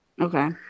Okay